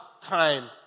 time